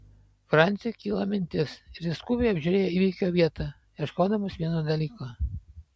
franciui kilo mintis ir jis skubiai apžiūrėjo įvykio vietą ieškodamas vieno dalyko